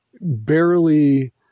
barely